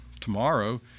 tomorrow